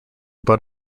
butt